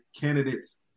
candidates